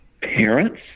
parents